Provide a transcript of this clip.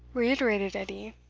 reiterated edie,